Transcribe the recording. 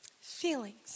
Feelings